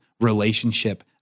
relationship